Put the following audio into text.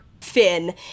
Finn